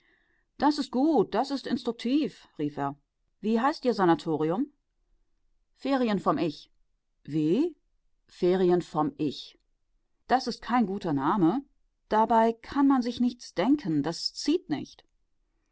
das ist gut das ist instruktiv rief er wie heißt ihr sanatorium ferien vom ich wie ferien vom ich das ist kein guter name dabei kann man sich nichts denken das zieht nicht